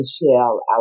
Michelle